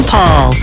Paul